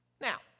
Now